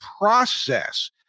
process